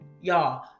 y'all